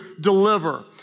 deliver